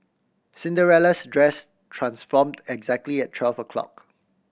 Cinderella's dress transformed exactly at twelve o'clock